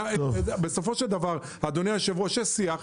בסופו של דבר, אדוני היו"ר, יש שיח.